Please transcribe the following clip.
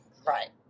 Right